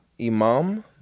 Imam